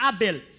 Abel